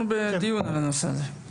אנחנו בדיון על הנושא הזה.